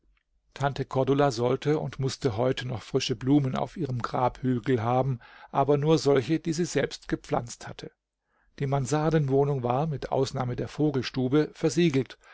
tante cordula sollte und mußte heute noch frische blumen auf ihrem grabhügel haben aber nur solche die sie selbst gepflanzt hatte die mansardenwohnung war mit ausnahme der vogelstube versiegelt